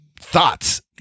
thoughts